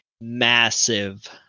massive